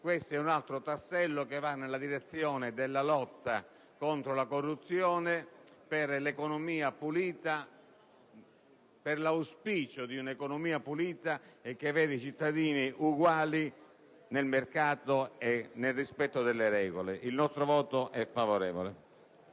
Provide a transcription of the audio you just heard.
Questo è un altro tassello che va nella direzione della lotta contro la corruzione per l'affermazione di un'economia pulita, che veda i cittadini uguali nel mercato e nel rispetto delle regole. Il nostro voto, pertanto,